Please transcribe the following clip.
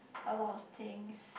a lot of things